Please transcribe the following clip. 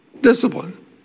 discipline